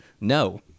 No